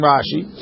Rashi